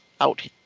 out